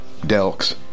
Delks